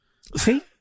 See